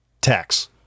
tax